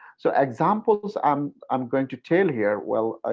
so examples i'm um going to tell here. well,